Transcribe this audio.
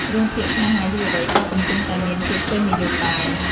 រឿងភាគស្នេហាយុវវ័យក៏កំពុងតែមានភាពពេញនិយមដែរ។